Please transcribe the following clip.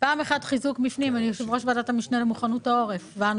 חיזוק מבנים בשל החשש מרעידות אדמה.